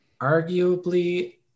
arguably